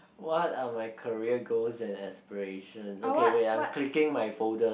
what are my career goals and aspirations okay wait ah I'm clicking my folder